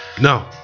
no